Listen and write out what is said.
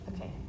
Okay